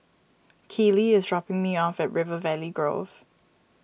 Keely is dropping me off at River Valley Grove